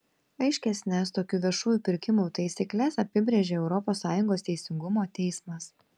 aiškesnes tokių viešųjų pirkimų taisykles apibrėžė europos sąjungos teisingumo teismas